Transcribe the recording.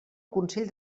consell